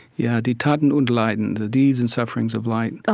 yeah, die taten und leiden, the deeds and sufferings of light ah